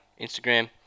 Instagram